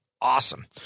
awesome